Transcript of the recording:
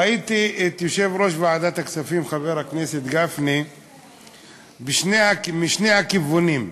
ראיתי את יושב-ראש ועדת הכספים חבר הכנסת גפני משני הכיוונים,